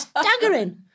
staggering